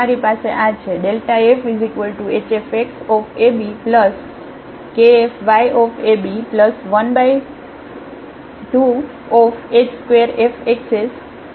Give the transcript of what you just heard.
ચાલો આ થોડુંકનું વધુ આગળ જોઇએ